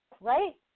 right